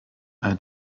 all